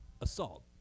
assault